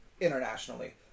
internationally